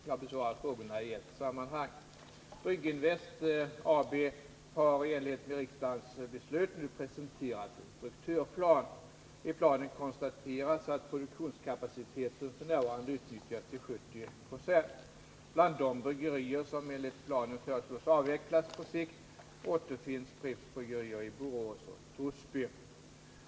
Jag besvarar frågorna i ett sammanhang. Brygginvest AB har i enlighet med riksdagens beslut nu presenterat en strukturplan. I planen konstateras att produktionskapaciteten f. n. utnyttjas tillca 70 20. Bland de bryggerier som enligt strukturplanen föreslås avvecklas på sikt återfinns Pripps bryggerier i Borås och Torsby.